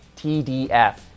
TDF